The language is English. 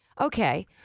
Okay